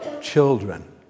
children